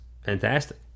Fantastic